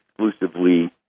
exclusively